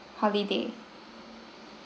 holiday